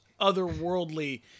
otherworldly